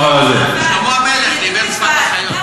את המנהרה באמצע שום-מקום?